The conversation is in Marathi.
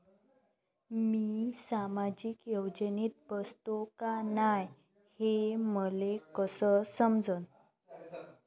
मी सामाजिक योजनेत बसतो का नाय, हे मले कस समजन?